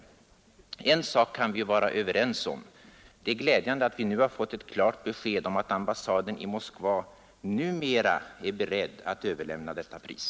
der vid överlämnan En sak kan vi vara överens om: det är glädjande att vi nu har fått ett — de av nobelpris i klart besked om att ambassaden i Moskva numera är beredd att utlandet överlämna detta pris.